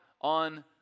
on